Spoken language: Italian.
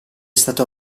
stato